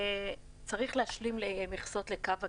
צריך להשלים מכסות לקו הגדר.